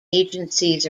agencies